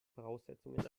voraussetzungen